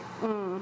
mm